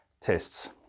tests